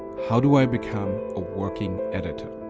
how do i become a working editor?